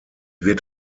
wird